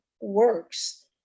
works